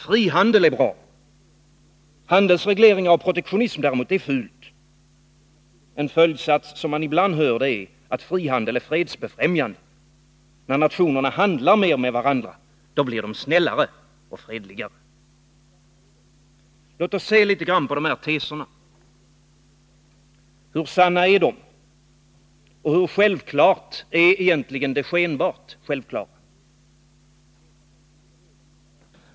Frihandel är bra. Handelsreglering och protektionism är däremot fult. En följdsats som man ibland hör är att frihandel är fredsbefrämjande. När nationerna handlar mer med varandra, blir de snällare och fredligare. Låt oss se på de här teserna. Hur sanna är de? Hur självklart är det skenbart självklara?